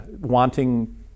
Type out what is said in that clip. wanting